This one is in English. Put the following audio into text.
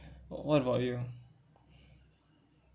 what about you